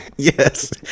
Yes